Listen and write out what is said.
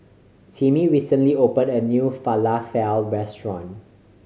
Timmie recently opened a new Falafel Restaurant